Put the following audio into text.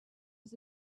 was